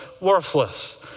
worthless